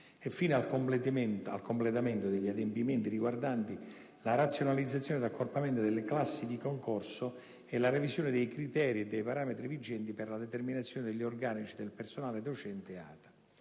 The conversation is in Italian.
e fino al completamento degli adempimenti riguardanti la razionalizzazione ed accorpamento delle classi di concorso e la revisione dei criteri e dei parametri vigenti per la determinazione degli organici del personale docente e ATA.